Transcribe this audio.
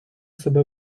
себе